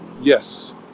Yes